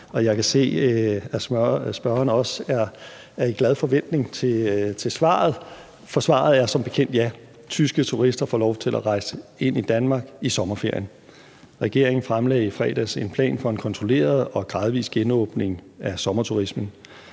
jeg kan se, at spørgeren også har en glad forventning til svaret, for svaret er som bekendt: Ja, tyske turister får lov til at rejse ind i Danmark i sommerferien Regeringen fremlagde i fredags en plan for en kontrolleret og gradvis genåbning af sommerturismen.